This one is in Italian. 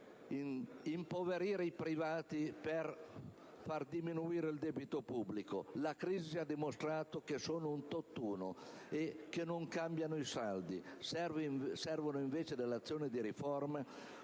impoverire i privati per far diminuire il debito pubblico: la crisi ci ha dimostrato che sono un tutt'uno e che non cambiano i saldi. Servono invece azioni di riforma,